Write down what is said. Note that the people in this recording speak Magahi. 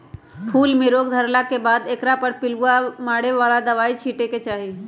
फूल में रोग धरला के बाद एकरा पर पिलुआ मारे बला दवाइ छिटे के चाही